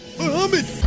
Muhammad